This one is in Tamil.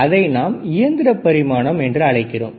அதை நாம் இயந்திர பரிமாணம் என்று அழைக்கிறோம்